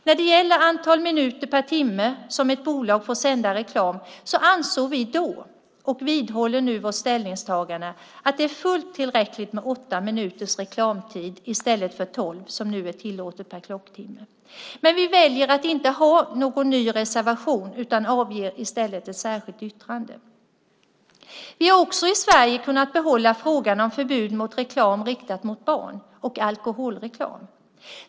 När det gäller antal minuter per timme som ett bolag får sända reklam ansåg vi då - och vi vidhåller nu vårt ställningstagande - att det är fullt tillräckligt med åtta minuters reklamtid i stället för tolv, som nu är tillåtet per klocktimme. Men vi väljer att inte ha någon ny reservation utan avger i stället ett särskilt yttrande. Vi har också i Sverige kunnat behålla frågan om förbud mot reklam riktad mot barn och alkoholreklam.